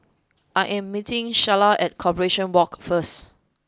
I am meeting Shyla at Corporation Walk first